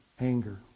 anger